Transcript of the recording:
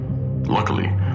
Luckily